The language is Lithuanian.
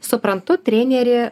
suprantu trenerį